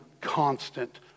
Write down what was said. constant